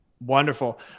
wonderful